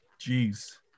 Jeez